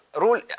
rule